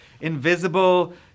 invisible